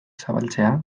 zabaltzea